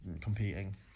competing